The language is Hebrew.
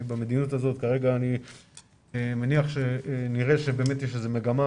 במדיניות הזאת כרגע אני מניח שנראה שבאמת יש איזו מגמה